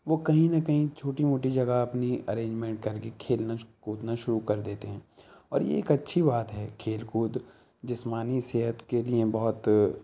وہ کہیں نہ کہیں چھوٹی موٹی جگہ اپنی اریجمینٹ کر کے کھیلنا کودنا شروع کر دیتے ہیں اور یہ ایک اچھی بات ہے کھیل کود جسمانی صحت کے لیے بہت